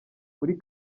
muri